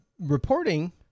reporting